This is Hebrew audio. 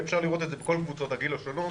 ואפשר לראות את זה בכל קבוצות הגיל השונות.